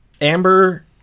Amber